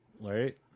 right